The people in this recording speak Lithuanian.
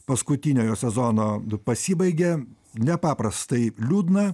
paskutiniojo sezono pasibaigė nepaprastai liūdna